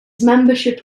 membership